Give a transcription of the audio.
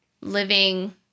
living